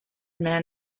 men